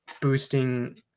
boosting